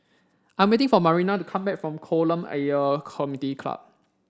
I'm waiting for Marina to come back from Kolam Ayer Community Club